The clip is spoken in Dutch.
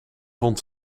vond